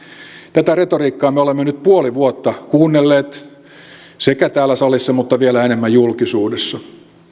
tätä retoriikkaa me olemme nyt puoli vuotta kuunnelleet sekä täällä salissa että vielä enemmän julkisuudessa